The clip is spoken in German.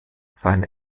sein